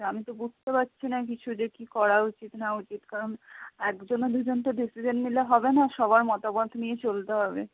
আমি তো বুঝতে পারছি না কিছু যে কী করা উচিত না উচিত কারণ একজন দুজন তো ডিসিশান নিলে হবে না সবার মতামত নিয়ে চলতে হবে